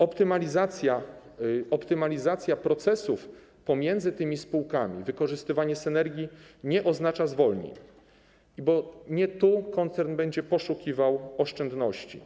Optymalizacja procesów zachodzących pomiędzy tymi spółkami, wykorzystywanie synergii nie oznacza zwolnień, bo nie tu koncern będzie poszukiwał oszczędności.